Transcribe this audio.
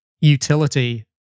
utility